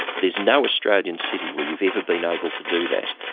there's no australian city where you've ever been able to do that.